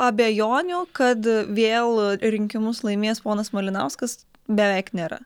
abejonių kad vėl rinkimus laimės ponas malinauskas beveik nėra